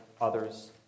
others